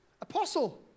apostle